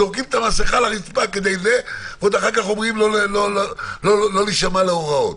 זורקים את המסכה על הרצפה ואחר כך אומרים לא להישמע להוראות.